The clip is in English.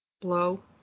Blow